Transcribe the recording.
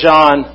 John